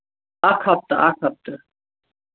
اکھ ہفتہٕ اکھ ہفتہٕ